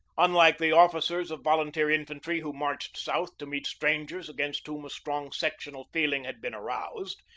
unlike the officers of volun teer infantry who marched south to meet strangers against whom a strong sectional feeling had been aroused,